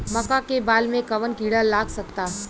मका के बाल में कवन किड़ा लाग सकता?